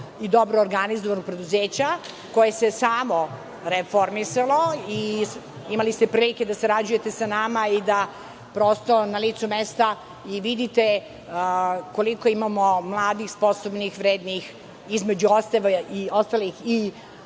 i dobro organizovanog preduzeća, koje se samo reformisalo. Imali ste prilike da sarađujete sa nama i da, prosto, na licu mesta i vidite koliko imamo mladih, sposobnih, vrednih, između ostalih i